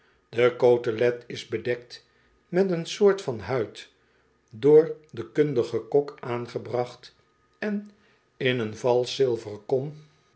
de cotelet is bedekt met een soort van huid dooiden kundigen kok aangebracht en in een valsch zilveren kom